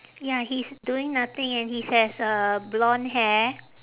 ya he's doing nothing and his has uh blonde hair